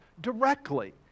directly